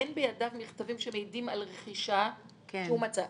אין בידיו מסמכים שמעידים על רכישה שהוא מצא.